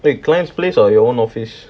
wait clients place or your own office